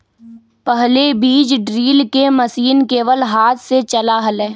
पहले बीज ड्रिल के मशीन केवल हाथ से चला हलय